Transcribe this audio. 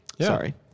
Sorry